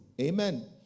Amen